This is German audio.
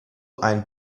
ein